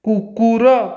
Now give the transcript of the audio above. କୁକୁର